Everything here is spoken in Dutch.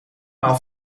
maal